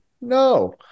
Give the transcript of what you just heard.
No